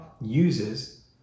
uses